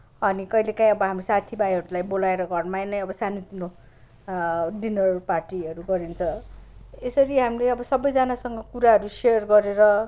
अनि कहिले कहीँ हामी साथी भाईलाई बोलाएर घरमा नै अब सानो तिनो डिनर पार्टीहरू गरिन्छ यसरी हामीले अब सबैजनासँग कुराहरू सेयर गरेर